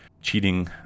cheating